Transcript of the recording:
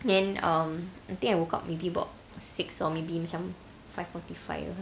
then um I think I woke up maybe about six or maybe macam five forty five